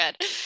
good